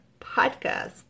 podcast